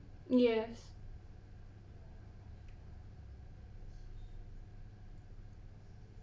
yes